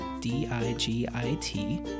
D-I-G-I-T